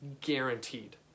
Guaranteed